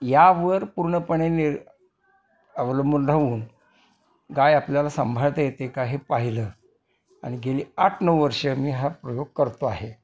यावर पूर्णपणे निर अवलंबून राहून गाय आपल्याला सांभाळता येते का हे पाहिलं आणि गेली आठ नऊ वर्ष मी हा प्रयोग करतो आहे